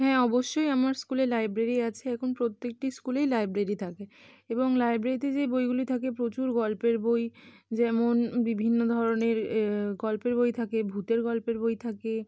হ্যাঁ অবশ্যই আমার স্কুলে লাইব্রেরি আছে এখন প্রত্যেকটি স্কুলেই লাইব্রেরি থাকে এবং লাইব্রেরিতে যে বইগুলি থাকে প্রচুর গল্পের বই যেমন বিভিন্ন ধরনের গল্পের বই থাকে ভূতের গল্পের বই থাকে